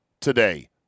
today